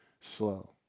slow